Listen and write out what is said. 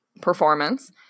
performance